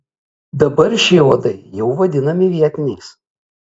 dabar šie uodai jau vadinami vietiniais